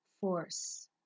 force